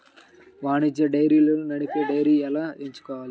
వాణిజ్య డైరీలను నడిపే డైరీని ఎలా ఎంచుకోవాలి?